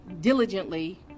diligently